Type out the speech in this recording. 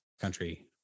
country